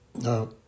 No